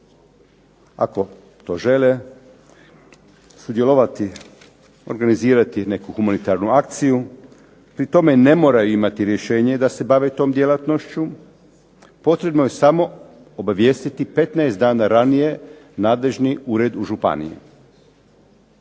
ako to žele sudjelovati, organizirati neku humanitarnu akciju. Pri tome ne moraju imati rješenje da se bave tom djelatnošću, potrebno je samo obavijestiti 15 dana ranije nadležni ured u županiji.